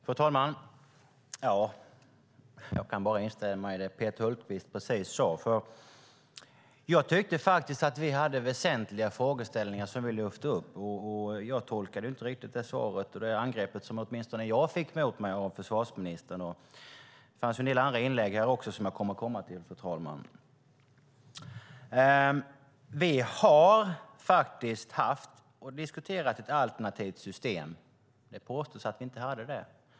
Fru talman! Jag kan bara instämma i det som Peter Hultqvist just sade. Jag tyckte att vi hade väsentliga frågeställningar som vi lyfte fram. Jag tolkade inte svaret och angreppet som åtminstone jag fick av försvarsministern på ett sådant sätt. Det fanns en del andra inlägg som jag också kommer att kommentera. Vi har faktiskt diskuterat ett alternativt system. Det påstås att vi inte hade det.